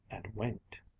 and winked.